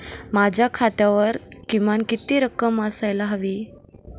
माझ्या खात्यावर किमान किती रक्कम असायला हवी?